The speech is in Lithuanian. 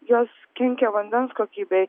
jos kenkia vandens kokybei